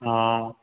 हा